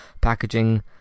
packaging